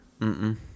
Mm-mm